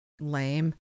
lame